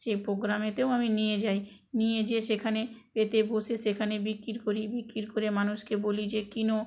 সে প্রোগ্রামেতেও আমি নিয়ে যাই নিয়ে যেয়ে সেখানে পেতে বসে সেখানে বিক্রি করি বিক্রি করে মানুষকে বলি যে কেনো